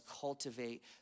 cultivate